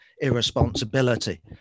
irresponsibility